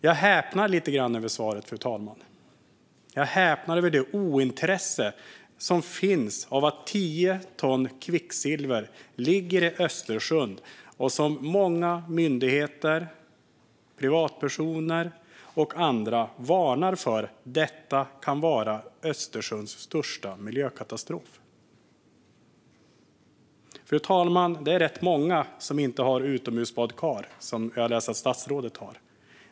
Jag häpnar lite grann över svaret, fru talman. Jag häpnar över det ointresse som finns av att tio ton kvicksilver ligger i Östersjön, något som många myndigheter, privatpersoner och andra varnar för kan vara Östersjöns största miljökatastrof. Fru talman! Det är rätt många som inte har utomhusbadkar, som jag har läst att statsrådet har.